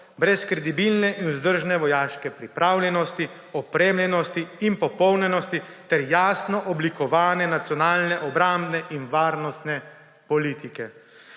brez kredibilne in vzdržne vojaške pripravljenosti, opremljenosti in popolnjenosti ter jasno oblikovanje nacionalne obrambne in varnostne politike.